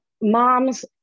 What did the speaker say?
moms